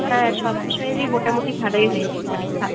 হ্যাঁ সব বিষয়েরই মোটামুটি ভালোই হয়েছে পরীক্ষা